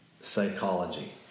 psychology